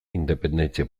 independentzia